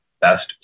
best